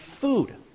food